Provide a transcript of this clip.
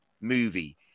movie